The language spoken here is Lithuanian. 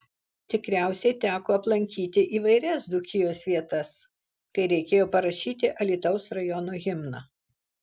tikriausiai teko aplankyti įvairias dzūkijos vietas kai reikėjo parašyti alytaus rajono himną